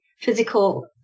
physical